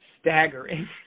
staggering